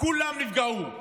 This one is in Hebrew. כולם נפגעו.